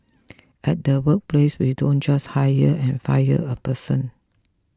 at the workplace we don't just hire and fire a person